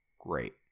Great